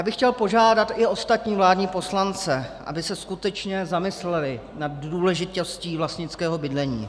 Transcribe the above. A já bych chtěl požádat i ostatní vládní poslance, aby se skutečně zamysleli nad důležitostí vlastnického bydlení.